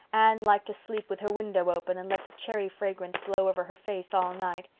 anne liked to sleep with her window open and let the cherry fragrance blow over her face all night.